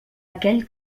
aquell